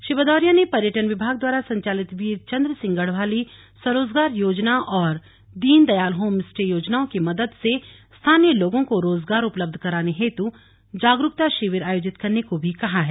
श्री भदौरिया ने पर्यटन विभाग द्वारा संचालित वीर चंद्र सिंह गढ़वाली स्वरोजगार योजना और दीनदयाल होम स्टे योजनाओं की मदद से स्थानीय लोगों को रोजगार उपलब्ध कराने हेतु जागरूकता शिविर आयोजित करने को भी कहा है